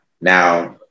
now